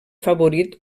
favorit